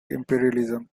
imperialism